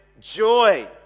joy